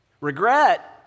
Regret